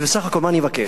ובסך הכול מה אני מבקש?